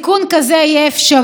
עכשיו, אני אומרת לכם,